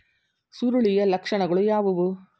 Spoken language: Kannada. ಸುರುಳಿಯ ಲಕ್ಷಣಗಳು ಯಾವುವು?